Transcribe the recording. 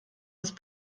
ist